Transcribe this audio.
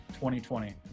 2020